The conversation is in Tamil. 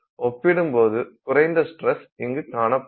ஒப்பிடும்போது குறைந்த ஸ்டரஸ் இங்கு காணப்படும்